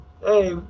Hey